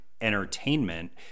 entertainment